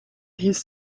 his